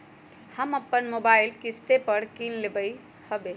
हम अप्पन मोबाइल किस्ते पर किन लेलियइ ह्बे